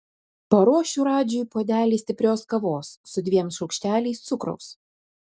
paruošiu radžiui puodelį stiprios kavos su dviem šaukšteliais cukraus